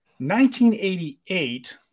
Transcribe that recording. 1988